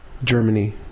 Germany